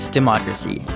Democracy